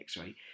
right